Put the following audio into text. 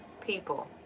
people